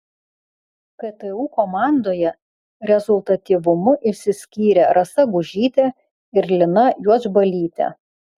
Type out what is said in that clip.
ktu komandoje rezultatyvumu išsiskyrė rasa gužytė ir lina juodžbalytė